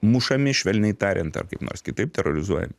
mušami švelniai tariant ar kaip nors kitaip terorizuojami